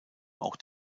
auch